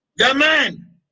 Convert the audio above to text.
Amen